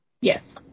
Yes